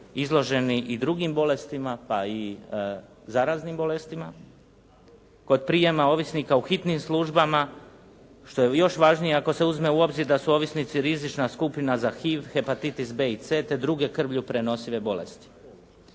izloženi i drugim bolestima pa i zaraznim bolestima, kod prijama ovisnika u hitnim službama što je još važnije ako se uzme u obzir da su ovisnici rizična skupina za HIV, hepatitis B i C te druge krvlju prenosive bolesti.